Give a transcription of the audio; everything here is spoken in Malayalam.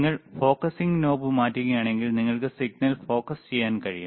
നിങ്ങൾ ഫോക്കസിംഗ് നോബ് മാറ്റുകയാണെങ്കിൽ നിങ്ങൾക്ക് സിഗ്നൽ ഫോക്കസ് ചെയ്യാൻ കഴിയും